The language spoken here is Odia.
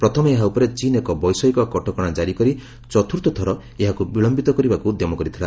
ପ୍ରଥମେ ଏହା ଉପରେ ଚୀନ୍ ଏକ ବୈଷୟିକ କଟକଣା ଜାରି କରି ଚତୁର୍ଥ ଥର ଏହାକୁ ବିଳୟିତ କରିବାକୁ ଉଦ୍ୟମ କରିଥିଲା